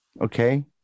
okay